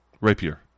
rapier